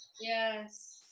Yes